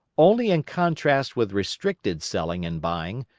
only in contrast with restricted selling and buying,